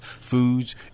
foods